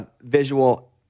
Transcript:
visual